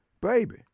baby